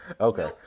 okay